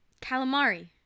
calamari